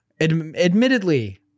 Admittedly